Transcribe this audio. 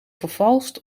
vervalst